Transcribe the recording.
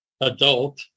adult